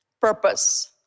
Purpose